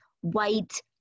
white